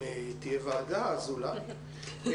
אם תהיה ועדה, אז אולי.